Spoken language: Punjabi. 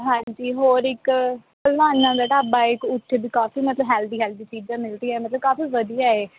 ਹਾਂਜੀ ਹੋਰ ਇੱਕ ਭਲਵਾਨਾਂ ਦਾ ਢਾਬਾ ਇੱਕ ਉੱਥੇ ਵੀ ਕਾਫੀ ਮਤਲਬ ਹੈਲਦੀ ਹੈਲਦੀ ਚੀਜ਼ਾਂ ਮਿਲਦੀਆਂ ਮਤਲਬ ਕਾਫੀ ਵਧੀਆ ਹੈ